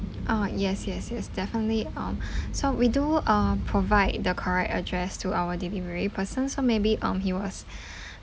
oh yes yes yes definitely um so we do uh provide the correct address to our delivery person so maybe um he was